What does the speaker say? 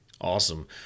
awesome